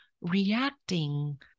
reacting